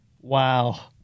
Wow